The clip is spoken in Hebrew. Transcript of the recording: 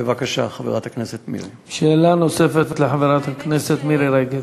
בבקשה, חברת הכנסת מירי.